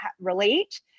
relate